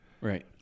Right